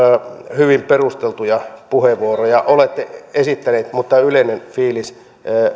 hyvin perusteltuja puheenvuoroja olette esittänyt mutta tämä yleinen fiilis